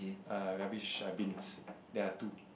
err rubbish err bins there are two